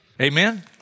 Amen